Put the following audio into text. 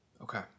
Okay